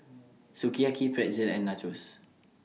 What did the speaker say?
Sukiyaki Pretzel and Nachos